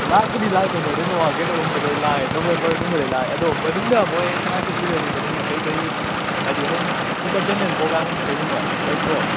ꯂꯥꯛꯄꯨꯗꯤ ꯂꯥꯛꯇꯣꯏꯅꯦ ꯑꯗꯨꯏ ꯃꯃꯥꯡ ꯀꯩꯅꯣꯒꯨꯝꯕꯗꯩ ꯂꯥꯛꯑꯦ ꯅꯣꯕꯦꯝꯕꯔꯒꯨꯝꯕꯗꯩ ꯂꯥꯛꯑꯦ ꯑꯗꯣ ꯃꯅꯨꯡꯗ ꯃꯣꯏ ꯁꯉꯥꯏ ꯐꯦꯁꯇꯤꯚꯦꯜꯒꯤ ꯃꯅꯨꯡꯗ ꯀꯩꯀꯩ ꯍꯥꯏꯗꯤ ꯑꯗꯨꯝ ꯏꯟꯇꯔꯇꯦꯟꯃꯦꯟ ꯄ꯭ꯔꯣꯒ꯭ꯔꯥꯝꯒꯨꯝꯕ ꯀꯩꯒꯨꯝꯕ ꯂꯩꯇ꯭ꯔꯣ